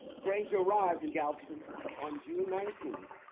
granger arrived in galveston on june nineteen,